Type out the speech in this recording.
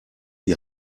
die